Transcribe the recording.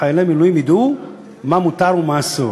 שחיילי מילואים ידעו מה מותר ומה אסור.